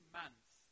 months